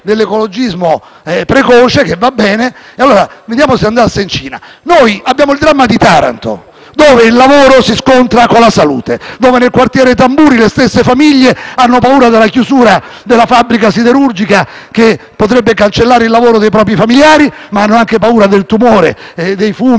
dove il lavoro si scontra con la salute, dove nel quartiere Tamburi le stesse famiglie hanno paura della chiusura della fabbrica siderurgica, che potrebbe cancellare il lavoro dei propri familiari, ma hanno anche paura del tumore, dei fumi e dei residui. Allora noi la Cina la vogliamo richiamare al rispetto dei protocolli ambientali internazionali,